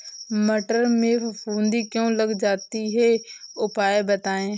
मटर में फफूंदी क्यो लग जाती है उपाय बताएं?